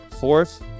fourth